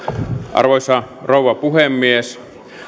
arvoisa rouva puhemies